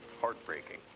Heartbreaking